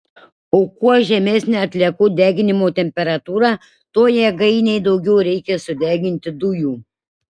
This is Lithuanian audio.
o kuo žemesnė atliekų deginimo temperatūra tuo jėgainei daugiau reikia sudeginti dujų